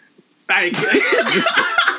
Thanks